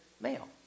male